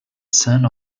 son